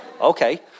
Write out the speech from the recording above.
Okay